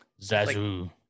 Zazu